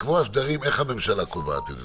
לקבוע סדרים איך הממשלה קובעת את זה.